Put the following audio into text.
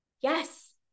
yes